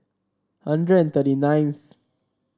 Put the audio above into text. hundred thirty ninth